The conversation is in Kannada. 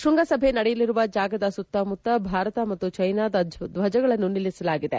ಶೃಂಗಸಭೆ ನಡೆಯಲಿರುವ ಜಾಗದ ಸುತ್ತಮುತ್ತ ಭಾರತ ಮತ್ತು ಜೈನಾದ ದ್ವಜಗಳನ್ನು ನಿಲ್ಲಿಸಲಾಗಿದೆ